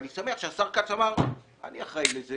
ואני שמח שהשר כץ אמר שהוא אחראי לזה